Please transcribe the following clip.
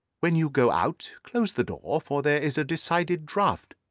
when you go out close the door, for there is a decided draught.